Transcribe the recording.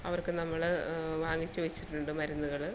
അവർക്ക് നമ്മൾ വാങ്ങിച്ചു വെച്ചിട്ടുണ്ട് മരുന്നുകൾ